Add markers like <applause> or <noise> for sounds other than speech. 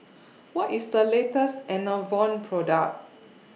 <noise> What IS The latest Enervon Product